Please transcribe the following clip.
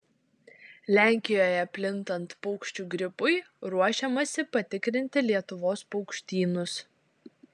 lenkijoje plintant paukščių gripui ruošiamasi patikrinti lietuvos paukštynus